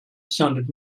sounded